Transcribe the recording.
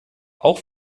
auch